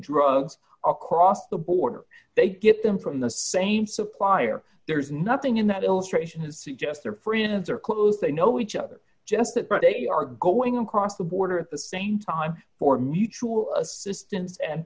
drugs across the border they get them from the same supplier there's nothing in that illustration to suggest their friends are close they know each other just that but they are going across the border at the same time for mutual assistance and